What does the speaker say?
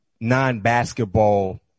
non-basketball